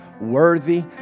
worthy